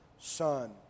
Son